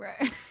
Right